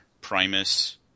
Primus